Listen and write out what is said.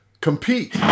compete